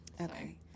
Okay